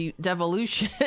devolution